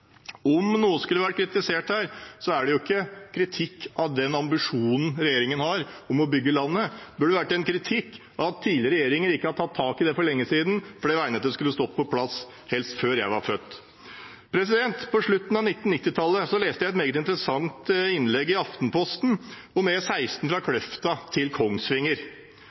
Om noe skulle vært kritisert her, er det ikke ambisjonen regjeringen har om å bygge landet. Det burde være kritikk av at tidligere regjeringer ikke har tatt tak i det for lenge siden, for det veinettet skulle stått på plass helst før jeg ble født. På slutten av 1990-tallet leste jeg et meget interessant innlegg i Aftenposten om E16 fra Kløfta til Kongsvinger.